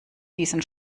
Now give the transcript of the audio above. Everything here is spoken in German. diesen